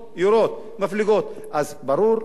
אז ברור שזאת לדעתי תעמולה